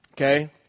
Okay